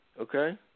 okay